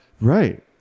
right